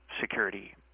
security